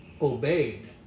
obeyed